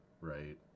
right